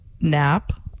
nap